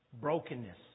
brokenness